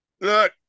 look